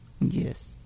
yes